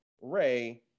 Ray